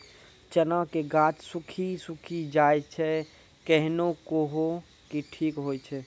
चना के गाछ सुखी सुखी जाए छै कहना को ना ठीक हो छै?